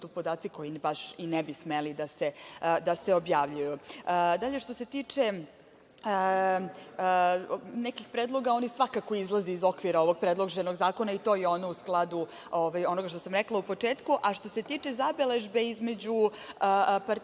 to podaci koji baš i ne bi smeli da se objavljuju. Dalje, što se tiče nekih predloga, oni svakako izlaze iz okvira ovog predloženog zakona i to je u skladu onoga što sam rekla u početku. Što se tiče zabeležbe između partnera,